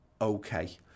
okay